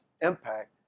impact